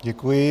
Děkuji.